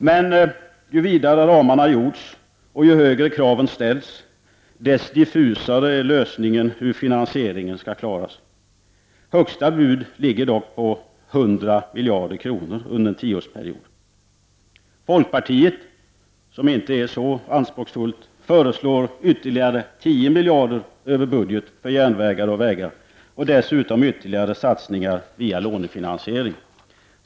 Men ju vidare ramarna har gjorts och ju högre kraven har ställts, desto diffusare är lösningen av finansieringsfrågan. Det högsta budet ligger på 100 miljarder kronor under en tioårsperiod. Folkpartiet, som inte är så anspråksfullt, föreslår ytterligare 10 miljarder kronor över budget för järnvägar och vägar och dessutom ytterligare satsningar via lånefinansiering.